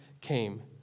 came